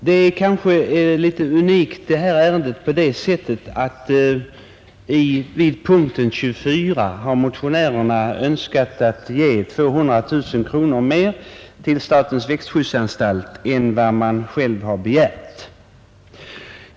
Herr talman! Detta ärende är kanske litet unikt på det sättet att motionärerna vid punkten 24 till statens växtskyddsanstalt önskat ge 200 000 kronor mera än anstalten själv begärt.